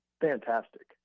Fantastic